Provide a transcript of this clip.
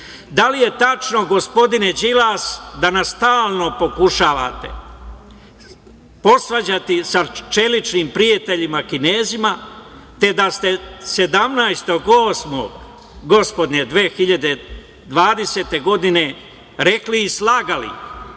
da li je tačno gospodine Đilas da nas stalno pokušavate posvađati sa čeličnim prijateljima Kinezima, te da ste 17. avgusta gospodnje 2020. godine rekli i slagali,